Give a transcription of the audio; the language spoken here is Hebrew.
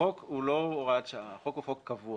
החוק הוא לא הוראת שעה, החוק הוא חוק קבוע.